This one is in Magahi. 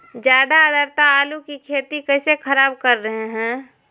ज्यादा आद्रता आलू की खेती कैसे खराब कर रहे हैं?